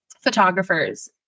photographers